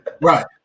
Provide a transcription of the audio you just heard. Right